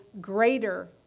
greater